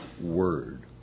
word